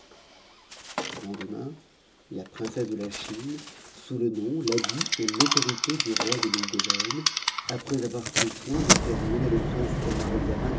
fît lendemain la princesse de la chine sous le nom l'habit et l'auto'ci de l le d'ébène après avoir pris soin de faire mener le prince